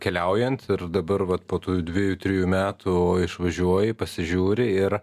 keliaujant ir dabar vat po tų dvejų trejų metų išvažiuoji pasižiūri ir